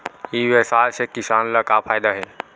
ई व्यवसाय से किसान ला का फ़ायदा हे?